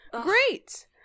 Great